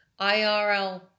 IRL